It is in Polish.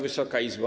Wysoka Izbo!